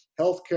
healthcare